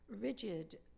rigid